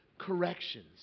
corrections